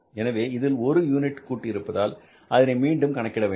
எனவே இதில் ஒரு யூனிட் கூட்டி இருப்பதால் அதனை மீண்டும் கணக்கிட வேண்டும்